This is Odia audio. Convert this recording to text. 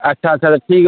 ଆଚ୍ଛା ଆଚ୍ଛା ଠିକ୍